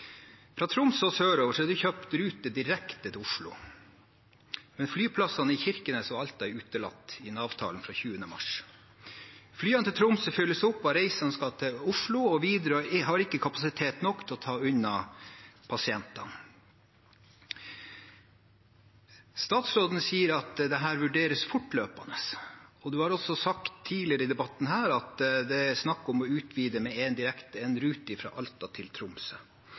Fra Tromsø og sørover er det kjøpt ruter direkte til Oslo, men flyplassene i Kirkenes og Alta er utelatt i avtalen fra 20. mars. Flyene til Tromsø fylles opp av reisende som skal til Oslo, og Widerøe har ikke kapasitet nok til å ta unna passasjerene. Statsråden sier at dette vurderes fortløpende. Han har også tidligere i denne debatten sagt at det er snakk om å utvide med én rute fra Alta til Tromsø.